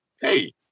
hey